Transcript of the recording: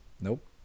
Nope